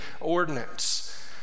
ordinance